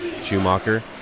Schumacher